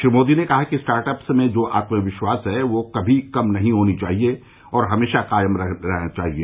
श्री मोदी ने कहा कि स्टार्टअप्स में जो आत्मविश्वास है वह कभी कम नहीं होना चाहिए और हमेशा कायम रहना चाहिए